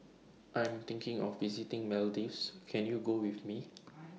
I Am thinking of visiting Maldives Can YOU Go with Me